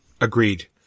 Agreed